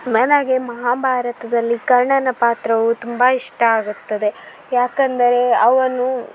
ನನಗೆ ಮಹಾಭಾರತದಲ್ಲಿ ಕರ್ಣನ ಪಾತ್ರವು ತುಂಬ ಇಷ್ಟ ಆಗುತ್ತದೆ ಯಾಕೆಂದರೆ ಅವನು